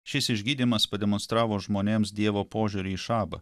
šis išgydymas pademonstravo žmonėms dievo požiūrį į šabą